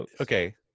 okay